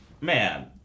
man